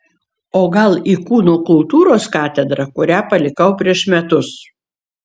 o gal į kūno kultūros katedrą kurią palikau prieš metus